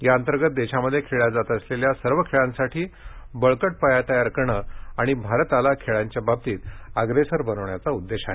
याअंतर्गत देशामध्ये खेळल्या जात असलेल्या सर्व खेळांसाठी बळकट पाया तयार करणे आणि भारताला खेळांच्या बाबतीत अग्रेसर बनविण्याचा उद्देश आहे